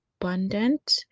abundant